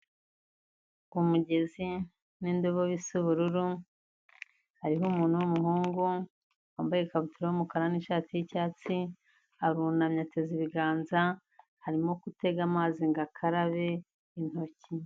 Umugezi n'indogobe bisa ubururu, hariho umuntu w'umuhungu wambaye ikabutura y'umukara n'ishati y'icyatsi, arunamye ateze ibiganza arimo gutega amazi ngo akabe intoki.